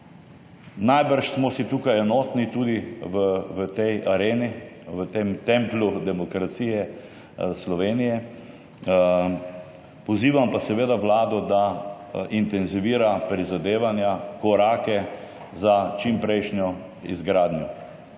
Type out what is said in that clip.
Najbrž smo si tukaj enotni tudi v tej areni, v tem templju demokracije Slovenije. Pozivam pa seveda vlado, da intenzivira prizadevanja, korake za čimprejšnjo izgradnjo.